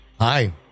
Hi